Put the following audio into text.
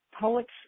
Poets